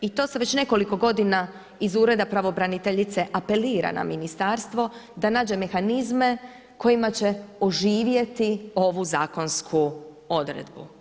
I to se već nekoliko godina iz ureda pravobraniteljice apelira na Ministarstvo, da nađe mehanizme kojima će oživjeti ovu zakonsku odredbu.